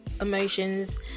emotions